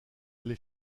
les